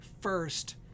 First